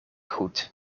goed